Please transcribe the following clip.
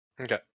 Okay